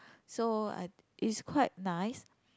so I it's quite nice